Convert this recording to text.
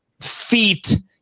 feet